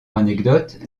anecdote